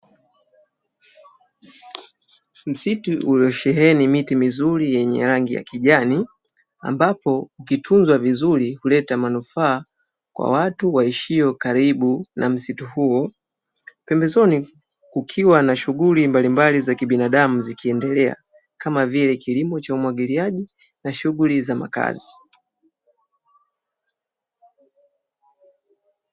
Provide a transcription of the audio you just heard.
Msitu uliosheheni miti mizuri yenye rangi ya kijani, ambapo ikitunza vzuri huleta manufaa, kwa watu waishio karibu na msitu huo. Pembezoni kukiwa na shughuli mbalimbali za kibinadamu zikiendelea, kama vile kilimo cha umwagiliaji na shughuli za makazi.